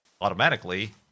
Automatically